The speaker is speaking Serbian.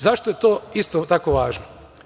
Zašto je to isto tako važno?